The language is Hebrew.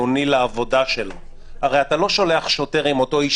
היכולת של כל אחד ואחד לבוא ולטעון שהוא מפגין באופן